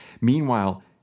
Meanwhile